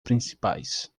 principais